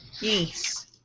Yes